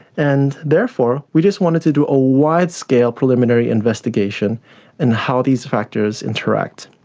and therefore we just wanted to do a wide-scale preliminary investigation in how these factors interact.